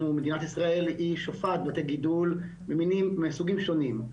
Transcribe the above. מדינת ישראל שופעת בבתי גידול מסוגים שונים,